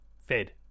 fed